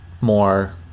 more